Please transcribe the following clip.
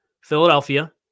Philadelphia